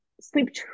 sleep